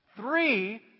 Three